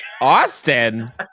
Austin